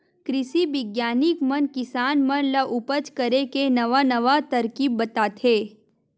कृषि बिग्यानिक मन किसान मन ल उपज करे के नवा नवा तरकीब बताथे